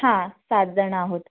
हां सातजण आहोत